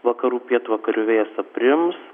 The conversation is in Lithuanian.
vakarų pietvakarių vėjas aprims